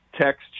text